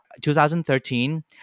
2013